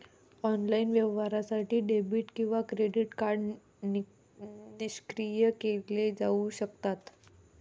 online व्यवहारासाठी debit किंवा credit card निष्क्रिय केले जाऊ शकतात